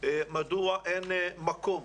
מדוע אין מקום